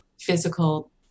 physical